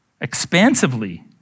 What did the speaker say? expansively